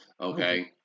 Okay